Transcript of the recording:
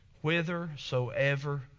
whithersoever